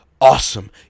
awesome